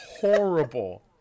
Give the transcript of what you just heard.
horrible